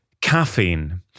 Caffeine